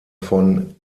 von